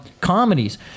comedies